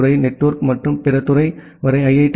C துறை network மற்றும் பிற துறை வரை ஐ